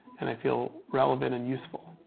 and i feel relevant and useful.